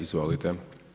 Izvolite.